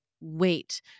wait